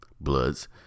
Bloods